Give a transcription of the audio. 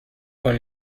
von